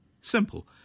Simple